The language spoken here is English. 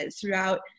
throughout